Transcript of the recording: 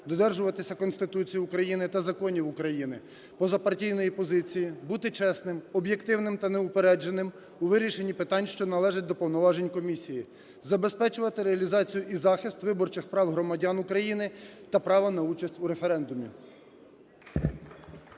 додержуватися Конституції України та законів України, позапартійної позиції, бути чесним, об'єктивним та неупередженим у вирішенні питань, що належать до повноважень комісії, забезпечувати реалізацію і захист виборчих прав громадян України та права на участь у референдумі.